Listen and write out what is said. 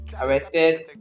arrested